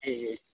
جی جی